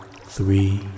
three